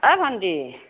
অ ভণ্টি